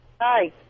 hi